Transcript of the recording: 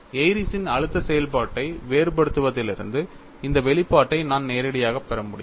ஏரிஸ்ன் Airy's அழுத்த செயல்பாட்டை வேறுபடுத்துவதிலிருந்து இந்த வெளிப்பாட்டை நான் நேரடியாகப் பெற முடியும்